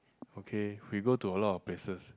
okay we go to a lot of places